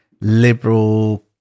liberal